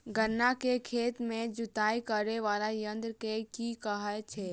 गन्ना केँ खेत केँ जुताई करै वला यंत्र केँ की कहय छै?